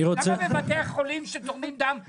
למה בבתי החולים שתורמים דם,